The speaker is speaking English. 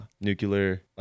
nuclear